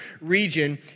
region